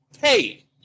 Hey